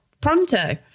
pronto